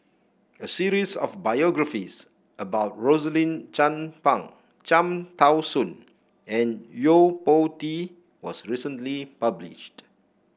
a series of biographies about Rosaline Chan Pang Cham Tao Soon and Yo Po Tee was recently published